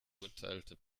urteilte